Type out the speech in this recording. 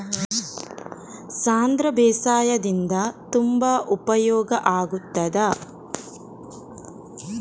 ಸಾಂಧ್ರ ಬೇಸಾಯದಿಂದ ತುಂಬಾ ಉಪಯೋಗ ಆಗುತ್ತದಾ?